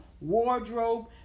wardrobe